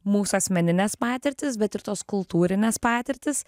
mūsų asmeninės patirtys bet ir tos kultūrinės patirtys